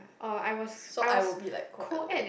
so I will be like co ed I think